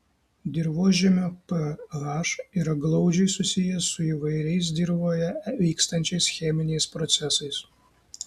dirvožemio ph yra glaudžiai susijęs su įvairiais dirvoje vykstančiais cheminiais procesais